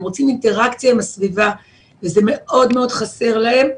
הם רוצים אינטראקציה עם הסביבה וזה מאוד מאוד חסר להם.